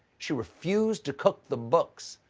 she refused to cook the books,